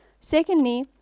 Secondly